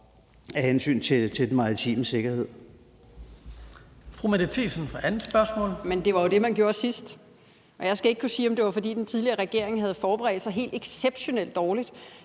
af hensyn til den maritime sikkerhed.